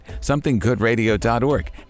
somethinggoodradio.org